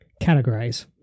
categorize